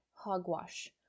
hogwash